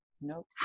nope